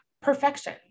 perfection